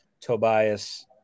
Tobias